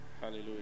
Hallelujah